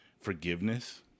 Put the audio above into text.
forgiveness